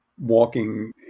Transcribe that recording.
walking